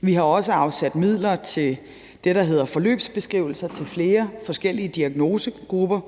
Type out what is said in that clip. Vi har også afsat midler til det, der hedder forløbsbeskrivelser til flere forskellige diagnosegrupper.